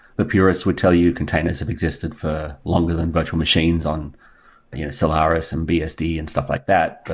the purists would tell you containers have existed for longer than virtual machines on solaris and bsd and stuff like that.